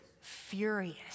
furious